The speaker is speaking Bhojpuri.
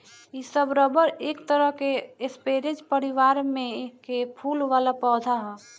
इ सब रबर एक तरह के स्परेज परिवार में के फूल वाला पौधा ह